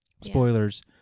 Spoilers